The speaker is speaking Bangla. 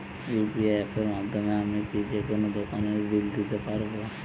ইউ.পি.আই অ্যাপের মাধ্যমে আমি কি যেকোনো দোকানের বিল দিতে পারবো?